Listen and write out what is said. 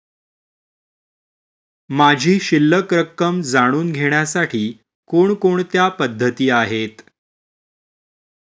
माझी शिल्लक रक्कम जाणून घेण्यासाठी कोणकोणत्या पद्धती आहेत?